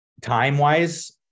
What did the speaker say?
Time-wise